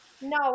No